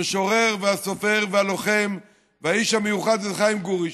המשורר והסופר והלוחם והאיש המיוחד חיים גורי,